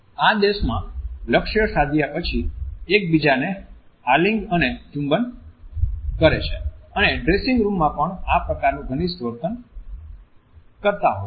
આ દેશોમાં લક્ષ્ય સાધ્યા પછી એક બીજાને આલિંગ અને ચુંબન કરે છે અને ડ્રેસિંગ રૂમમાં પણ આ પ્રકારનુ ઘનિષ્ઠ વર્તન કરતા હોય છે